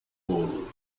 bolo